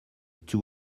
two